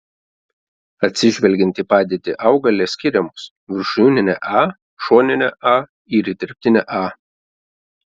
atsižvelgiant į padėtį augale skiriamos viršūninė a šoninė a ir įterptinė a